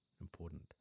important